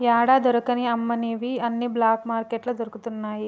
యాడా దొరకని అమ్మనివి అన్ని బ్లాక్ మార్కెట్లో దొరుకుతయి